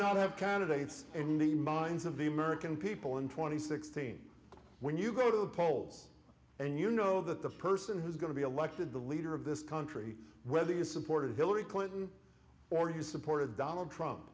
not have candidates in the minds of the american people in two thousand and sixteen when you go to the polls and you know that the person who's going to be elected the leader of this country whether you supported hillary clinton or you supported donald trump